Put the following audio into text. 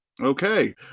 Okay